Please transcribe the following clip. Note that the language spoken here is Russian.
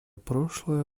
прошлое